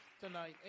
tonight